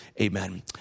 amen